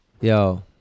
Yo